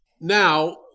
Now